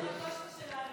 זה מראה את הכושר שלנו,